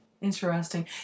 Interesting